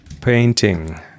painting